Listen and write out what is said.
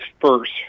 first